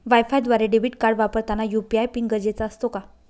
वायफायद्वारे debit card वापरताना UPI PIN गरजेचा असतो का?